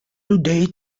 людей